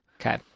Okay